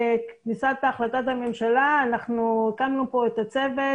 כניסת החלטת הממשלה אנחנו הקמנו כאן את הצוות,